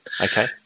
Okay